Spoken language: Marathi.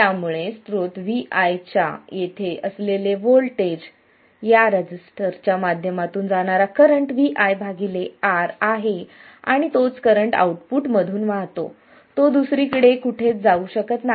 त्यामुळे स्रोत Vi च्या येथे असलेले वोल्टेज या रजिस्टर च्या माध्यमातून जाणारा करंट Vi भागिले R आहे आणि तोच करंट आउटपुट मधून वाहतो तो दुसरीकडे कुठेच जाऊ शकत नाही